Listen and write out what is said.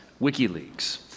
WikiLeaks